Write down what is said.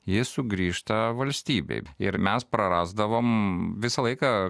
jis sugrįžta valstybei ir mes prarasdavom visą laiką